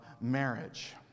marriage